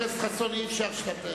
אי-אפשר שאתה,